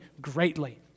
greatly